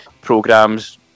programs